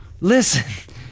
listen